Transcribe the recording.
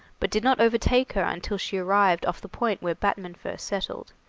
but did not overtake her until she arrived off the point where batman first settled,